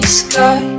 sky